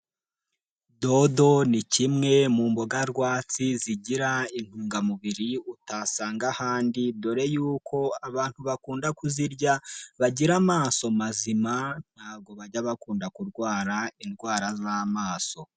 Dodo ni kimwe mu mbogarwatsi zigira intungamubiri utasanga ahandi dore y abantu bakunda kuzirya, bagira amaso mazima ntabwo bajya bakunda kurwara indwara z'amaso.